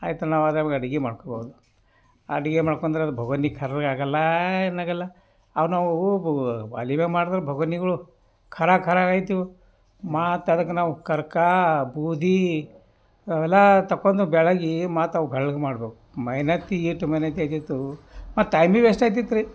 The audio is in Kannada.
ಆಯಿತು ನಾವು ಆರಾಮಗ ಅಡ್ಗೆ ಮಾಡ್ಕೋಬಹ್ದು ಅಡ್ಗೆ ಮಾಡ್ಕೊಂಡ್ರ ಅದು ಬೋಗುಣಿ ಕರ್ರಗೆ ಆಗಲ್ಲ ಏನಾಗಲ್ಲ ಆವಾಗ ನಾವು ಒಲೆಮ್ಯಾಗ ಮಾಡಿದ್ರೆ ಬೋಗುಣಿಗಳು ಕರ ಕರ ಆಯಿತು ಮತ್ತ ಅದಕ್ಕೆ ನಾವು ಕರಕ ಬೂದಿ ಅವೆಲ್ಲ ತಗೊಂಡು ಬೆಳಗಿ ಮತ್ತವು ಬೆಳ್ಳಗೆ ಮಾಡಬೇಕು ಮೆಯ್ಯನತ್ತೀ ತು ಮೆಯ್ಯನತ್ತಿಯಾಗಿತ್ತು ಮತ್ತು ಟೈಮ್ ಭಿ ವೇಸ್ಟ್ ಆಯ್ತಿತ್ರಿ